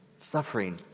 suffering